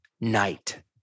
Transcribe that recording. night